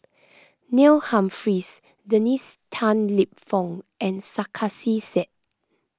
Neil Humphreys Dennis Tan Lip Fong and Sarkasi Said